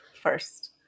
first